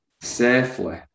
safely